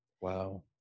Wow